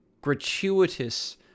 gratuitous